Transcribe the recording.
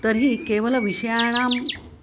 तर्हि केवलविषयाणाम्